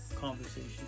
conversation